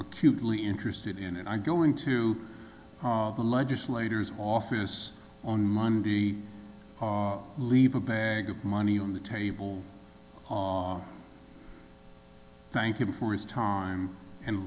acutely interested in and i go into the legislators office on monday leave a bag of money on the table thank him for his time and